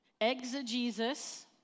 Exegesis